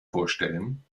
vorstellen